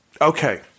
Okay